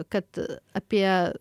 kad apie